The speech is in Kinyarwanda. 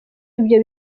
ibyo